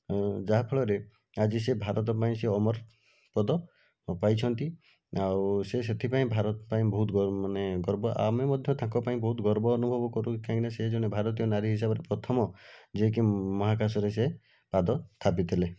ଯାହା ଫଳରେ ଆଜି ସେ ଭାରତ ପାଇଁ ସେ ଅମର ପଦ ପାଇଛନ୍ତି ଆଉ ସେ ସେଥିପାଇଁ ଭାରତ ପାଇଁ ବହୁତ ମାନେ ଗର୍ବ ଆମେ ମଧ୍ୟ ତାଙ୍କ ପାଇଁ ବହୁତ ଗର୍ବ ଅନୁଭବ କରୁ କହିଁକିନା ସେ ଜଣେ ଭାରତୀୟ ନାରୀ ହିସାବରେ ପ୍ରଥମ ଯିଏକି ମହାକାଶରେ ସେ ପାଦ ଥାପିଥିଲେ